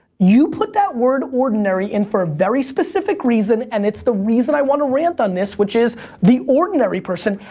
you put that word ordinary in for a very specific reason, and it's the reason i want to rant on this, which is the ordinary ordinary person,